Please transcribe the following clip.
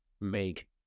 make